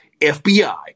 FBI